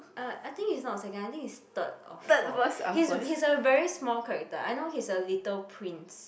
uh I think he's a not second I think he's third or forth he's a he's a very small character I know he's a little prince